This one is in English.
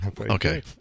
Okay